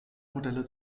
modelle